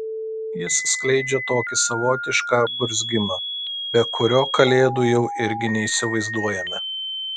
jis skleidžia tokį savotišką burzgimą be kurio kalėdų jau irgi neįsivaizduojame